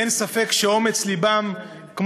אין ספק שאומץ לבם של לוחמי האש,